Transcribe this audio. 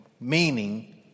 Meaning